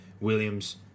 Williams